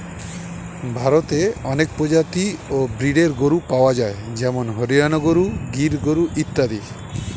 ভারতে অনেক প্রজাতি ও ব্রীডের গরু পাওয়া যায় যেমন হরিয়ানা গরু, গির গরু ইত্যাদি